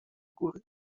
góry